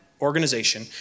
organization